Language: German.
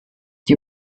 die